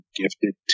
gifted